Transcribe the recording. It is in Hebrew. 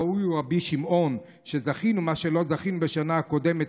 ראוי הוא רבי שמעון שזכינו מה שלא זכינו בשנה הקודמת,